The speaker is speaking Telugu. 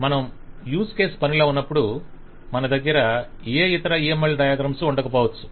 మనం యూజ్ కేస్ పనిలో ఉన్నప్పుడు మన దగ్గర ఏ ఇతర UML డయాగ్రమ్స్ ఉండకపోవచ్చు